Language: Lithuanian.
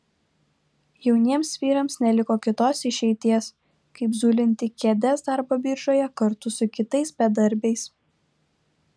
jauniems vyrams neliko kitos išeities kaip zulinti kėdes darbo biržoje kartu su kitais bedarbiais